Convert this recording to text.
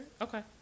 okay